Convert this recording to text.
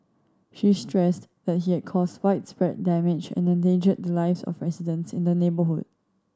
she stressed that he had caused widespread damage and endangered the lives of residents in the neighbourhood